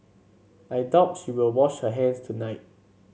I doubt she will wash her hands tonight